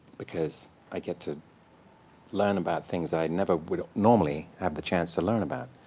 because i get to learn about things i never would normally have the chance to learn about.